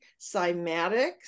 cymatics